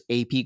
AP